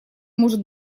может